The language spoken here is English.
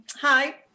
hi